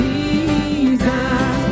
Jesus